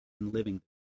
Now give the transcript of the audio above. living